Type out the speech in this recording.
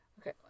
Okay